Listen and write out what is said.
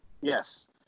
Yes